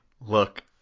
Look